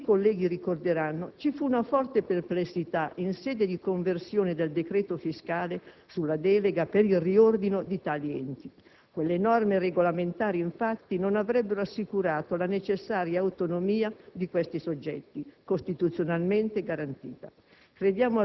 Come i colleghi ricorderanno, ci fu una forte perplessità in sede di conversione del decreto fiscale sulla delega per il riordino di tali enti. Quelle norme regolamentari, infatti, non avrebbero assicurato la necessaria autonomia, costituzionalmente garantita,